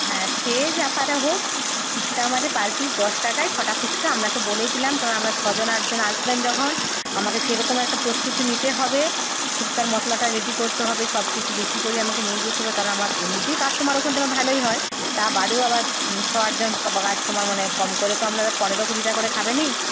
হ্যাঁ সে যা পারে হোক ফুচকা আমাদের পার পিস দশ টাকায় ছটা ফুচকা আপনাকে বলেই দিলাম কারণ আপনারা ছজন আটজন আসবেন যখন আমাকে সেরকম একটা প্রস্তুতি নিতে হবে ফুচকার মশলাটা রেডি করতে হবে সবকিছু বেশি করেই আমাকে নিয়ে যেতে হবে কারণ আমার এমনিতেই কাস্টমার ওখানটা আমার ভালোই হয় তা বাদেও আবার ছ আটজন কাস্টমার মানে কম করে তো আপনারা পনেরো কুড়িটা করে খাবেনই